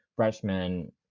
freshmen